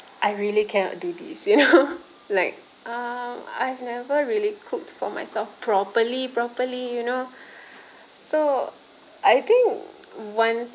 I really cannot do this you know like um I've never really cooked for myself properly properly you know so I think once